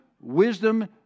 wisdom